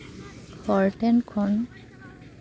ᱦᱚᱲ ᱴᱷᱮᱱ ᱠᱷᱚᱱ